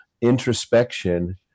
introspection